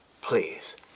please